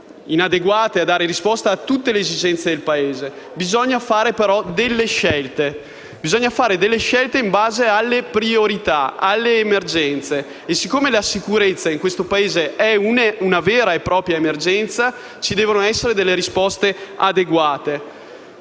inadeguate a dare risposta a tutte le esigenze del Paese; bisogna però fare delle scelte in base alle priorità, alle emergenze e siccome la sicurezza in questo Paese è una vera e propria emergenza, ci devono essere risposte adeguate.